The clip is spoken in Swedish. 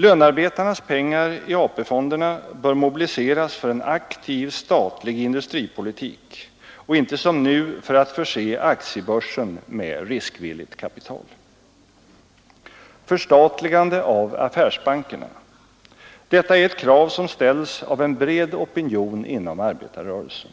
Lönarbetarnas pengar i AP-fonderna bör mobiliseras för en aktiv statlig industripolitik och inte som nu för att förse aktiebörsen med riskvilligt kapital. Förstatligande av affärsbankerna. Detta är ett krav som ställs av en bred opinion inom arbetarrörelsen.